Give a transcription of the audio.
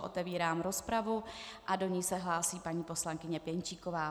Otevírám rozpravu a do ní se hlásí paní poslankyně Pěnčíková.